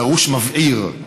דרוש מבעיר.